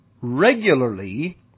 regularly